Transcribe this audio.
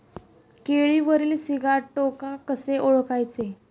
केळीवरील सिगाटोका कसे ओळखायचे?